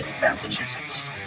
Massachusetts